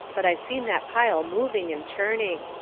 but i seen that pile moving and churning.